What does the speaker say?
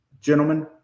gentlemen